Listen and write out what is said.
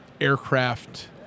aircraft